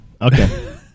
Okay